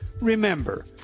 remember